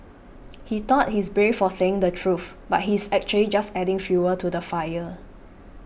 he thought he's brave for saying the truth but he's actually just adding fuel to the fire